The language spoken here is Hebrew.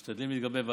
משתדלים להתגבר.